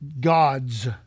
gods